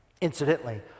Incidentally